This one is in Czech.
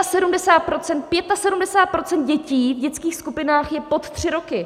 75 % pětasedmdesát procent dětí v dětských skupinách je pod tři roky.